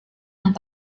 yang